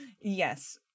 Yes